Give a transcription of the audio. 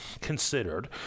considered